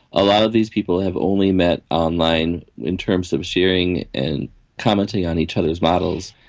a lot of these people have only met online in terms of sharing and commenting on each other's models.